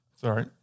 Sorry